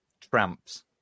tramps